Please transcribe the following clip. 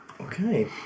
Okay